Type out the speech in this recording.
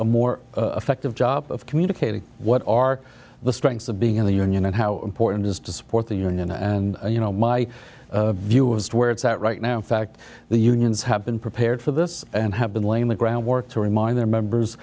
a more effective job of communicating what are the strengths of being in the union and how important is to support the union and you know my view is where it's at right now fact the unions have been prepared for this and have been laying the groundwork to remind their members